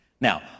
Now